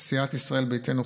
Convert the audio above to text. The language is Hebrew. סיעת ישראל ביתנו,